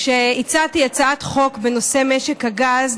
כשהצעתי הצעת חוק בנושא משק הגז.